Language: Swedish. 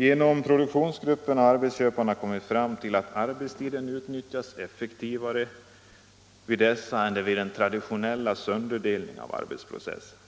Genom produktionsgrupperna har arbetsköparna kommit fram till att arbetstiden utnyttjas effektivare vid dessa än vid den traditionella sönderdelningen av arbetsprocessen.